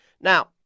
Now